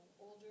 older